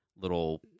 little